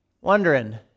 Wondering